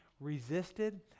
resisted